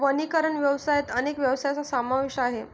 वनीकरण व्यवसायात अनेक व्यवसायांचा समावेश आहे